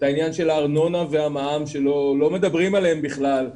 את העניין של הארנונה והמע"מ שלא מדברים עליהם בכלל.